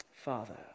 Father